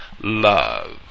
love